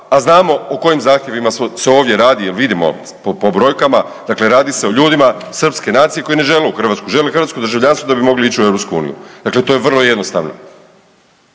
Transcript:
a znamo o kojim zahtjevima se ovdje radi jel vidimo po brojkama, dakle radi se o ljudima srpske nacije koji ne žele u Hrvatsku, žele hrvatsko državljanstvo da bi mogli ići u EU, dakle to je vrlo jednostavno.